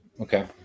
Okay